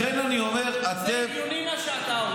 לכן אני אומר, אתם --- זה הגיוני מה שאתה אומר?